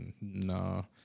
No